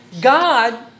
God